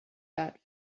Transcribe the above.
that